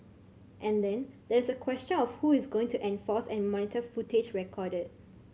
and then there's the question of who is going to enforce and monitor footage recorded